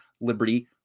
liberty